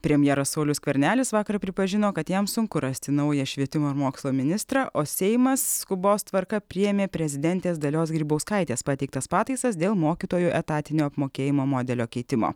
premjeras saulius skvernelis vakar pripažino kad jam sunku rasti naują švietimo ir mokslo ministrą o seimas skubos tvarka priėmė prezidentės dalios grybauskaitės pateiktas pataisas dėl mokytojų etatinio apmokėjimo modelio keitimo